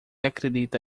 acredita